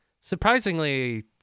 surprisingly